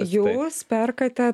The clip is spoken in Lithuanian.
jūs perkate